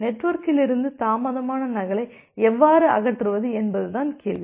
நெட்வொர்க்கிலிருந்து தாமதமான நகலை எவ்வாறு அகற்றுவது என்பது தான் கேள்வி